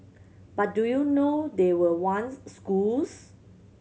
but do you know they were once schools